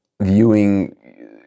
viewing